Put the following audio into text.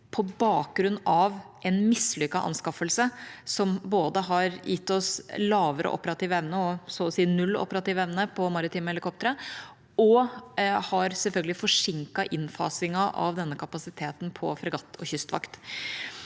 på bakgrunn av en mislykket anskaffelse som har gitt oss både lavere – så å si null – operativ evne på maritime helikoptre og selvfølgelig har forsinket innfasingen av denne kapasiteten på fregatt og kystvakt.